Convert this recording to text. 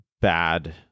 Bad